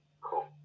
Cool